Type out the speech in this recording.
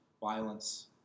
violence